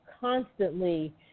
constantly